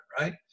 right